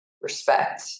respect